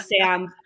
Sam